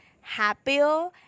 happier